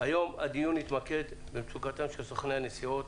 היום הדיון יתמקד במצוקתם של סוכני הנסיעות.